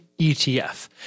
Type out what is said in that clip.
ETF